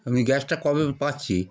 আমি গ্যাসটা কবে পাচ্ছি